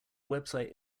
website